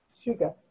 sugar